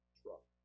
truck